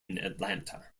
atlanta